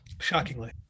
Shockingly